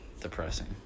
depressing